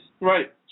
Right